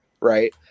right